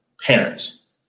parents